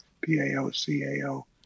P-A-O-C-A-O